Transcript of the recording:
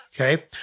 okay